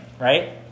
right